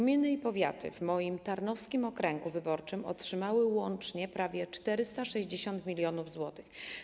Gminy i powiaty w moim tarnowskim okręgu wyborczym otrzymały łącznie prawie 460 mln zł.